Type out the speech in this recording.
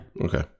Okay